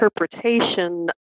interpretation